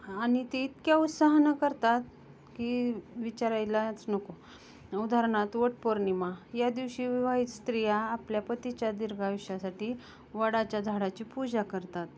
आणि ते इतक्या उत्साहानं करतात की विचारायलाच नको उदाहरणार्थ वटपौर्णिमा या दिवशी विवाहित स्त्रिया आपल्या पतीच्या दीर्घ आयुष्यासाठी वडाच्या झाडाची पूजा करतात